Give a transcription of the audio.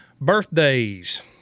Birthdays